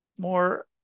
More